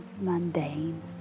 mundane